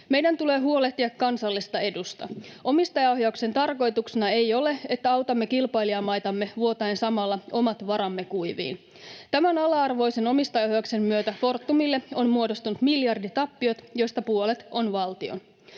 Meidän tulee huolehtia kansallisesta edusta. Omistajaohjauksen tarkoituksena ei ole, että autamme kilpailijamaitamme vuotaen samalla omat varamme kuiviin. Tämän ala-arvoisen omistajaohjauksen myötä Fortumille on muodostunut miljarditappiot, joista puolet on valtion.